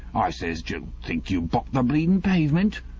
i say, ju think you've bought the bleeding pavement?